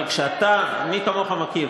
אבל מי כמוך מכיר,